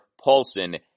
Paulson